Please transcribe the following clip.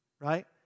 right